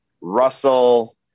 russell